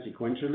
sequentially